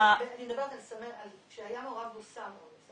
אני רגע זורמת עם ה- -- אני מדברת על מקרים שהי המעורב בהם סם אונס.